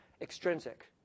extrinsic